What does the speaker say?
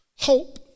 Hope